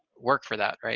work for that, right?